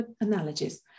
analogies